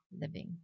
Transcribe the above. living